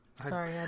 Sorry